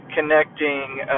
connecting